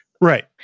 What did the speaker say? right